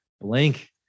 blank